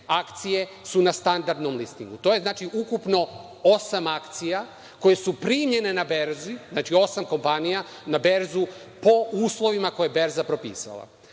akcije su na standardnom listingu. To je ukupno osam akcija koje su primljene na berzi, znači osam kompanija na berzu, po uslovima koje berza propisuje. Sve